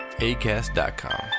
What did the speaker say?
ACAST.com